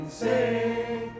sing